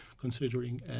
considering